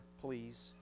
please